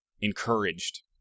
encouraged